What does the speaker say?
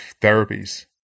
therapies